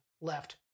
left